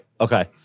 Okay